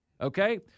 okay